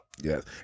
Yes